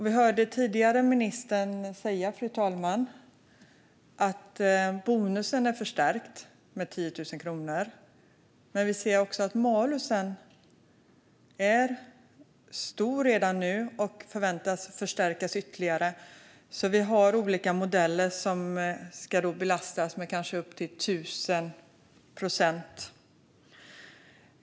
Vi hörde tidigare ministern säga, fru talman, att bonusen är förstärkt med 10 000 kronor. Men vi ser också att malusen är stor redan nu och förväntas förstärkas ytterligare. Vi har alltså olika modeller som ska belastas med kanske upp till 1 000 procent.